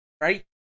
Right